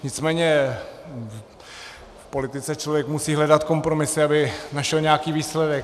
Nicméně v politice člověk musí hledat kompromisy, aby našel nějaký výsledek.